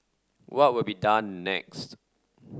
what will be done next